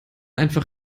einfach